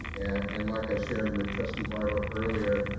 and like i shared with trustee barto earlier,